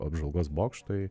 apžvalgos bokštai